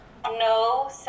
No